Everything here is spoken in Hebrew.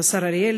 כבוד השר אריאל,